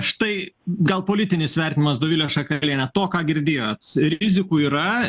štai gal politinis vertinimas dovile šakaliene to ką girdėjot rizikų yra